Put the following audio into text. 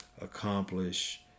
accomplish